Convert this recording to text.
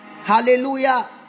hallelujah